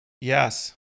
Yes